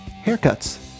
haircuts